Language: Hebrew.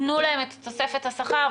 תנו להם את תוספת השכר.